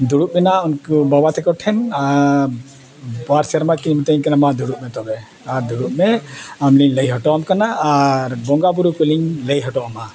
ᱫᱩᱲᱩᱵ ᱮᱱᱟ ᱩᱱᱠᱩ ᱵᱟᱵᱟ ᱛᱟᱠᱚ ᱴᱷᱮᱱ ᱟᱨ ᱵᱟᱨ ᱥᱮᱨᱢᱟ ᱠᱤᱱ ᱢᱤᱛᱟᱹᱧ ᱠᱟᱱᱟ ᱢᱟ ᱫᱩᱲᱩᱵ ᱢᱮ ᱛᱚᱵᱮ ᱟᱨ ᱫᱩᱲᱩᱵ ᱢᱮ ᱟᱢᱞᱤᱧ ᱞᱟᱹᱭ ᱦᱚᱴᱚᱣᱟᱢ ᱠᱟᱱᱟ ᱟᱨ ᱵᱚᱸᱜᱟ ᱵᱩᱨᱩ ᱠᱚᱞᱤᱧ ᱞᱟᱹᱭ ᱦᱚᱴᱚᱣᱟᱢᱟ